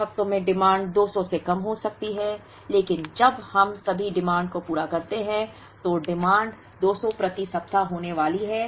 कुछ हफ्तों में मांग 200 से कम हो सकती है लेकिन जब हम सभी मांग को पूरा करते हैं तो मांग 200 प्रति सप्ताह होने वाली है